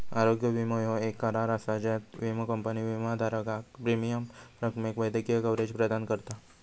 आरोग्य विमो ह्यो येक करार असा ज्यात विमो कंपनी विमाधारकाक प्रीमियम रकमेक वैद्यकीय कव्हरेज प्रदान करता